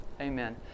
Amen